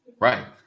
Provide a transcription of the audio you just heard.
Right